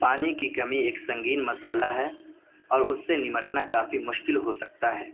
پانی کی کمی ایک سنگین مسئلہ ہے اور اس سے نمٹنا کافی مشکل ہو سکتا ہے